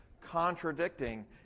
contradicting